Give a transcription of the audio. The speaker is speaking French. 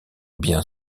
bien